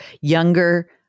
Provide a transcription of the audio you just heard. younger